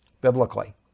Biblically